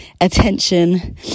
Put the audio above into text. attention